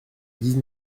dix